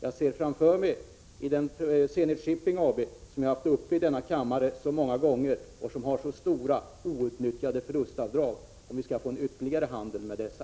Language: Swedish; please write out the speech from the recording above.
När det gäller Zenit Shipping AB — en sak som jag har tagit upp så många gånger i denna kammare — som verkligen har stora outnyttjade möjligheter till förlustavdrag, undrar jag om det skall bli ytterligare handel med dessa.